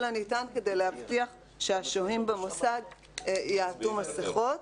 הניתן כדי להבטיח שהשוהים במוסד יעטו מסיכות.